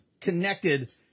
connected